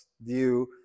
view